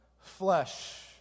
flesh